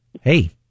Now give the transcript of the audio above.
Hey